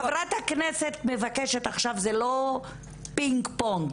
חברת הכנסת מבקשת עכשיו: זה לא פינג פונג.